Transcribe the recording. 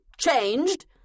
changed